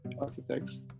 architects